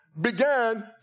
began